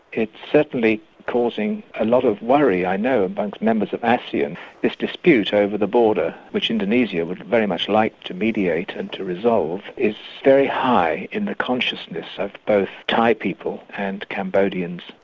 it's certainly causing a lot of worry i know, amongst members of asean. this dispute over the border which indonesia would very much like to mediate and to resolve is very high in the consciousness of both thai people and cambodians,